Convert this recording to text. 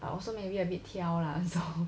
I also maybe a bit 挑 lah so